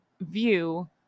view